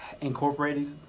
incorporated